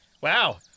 Wow